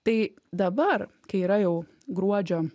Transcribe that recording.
tai dabar kai yra jau gruodžio